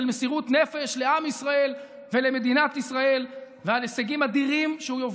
מסירות נפש לעם ישראל ולמדינת ישראל ועל הישגים אדירים שהוא יוביל.